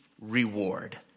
reward